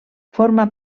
forma